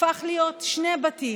הפך להיות שני בתים,